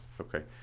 Okay